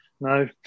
No